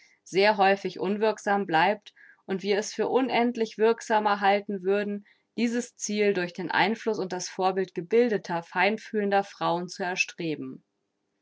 sehr häufig unwirksam bleibt und wir es für unendlich wirksamer halten würden dieses ziel durch den einfluß und das vorbild gebildeter feinfühlender frauen zu erstreben